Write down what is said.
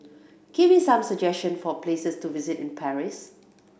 give me some suggestion for places to visit in Paris